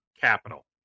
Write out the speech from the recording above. capital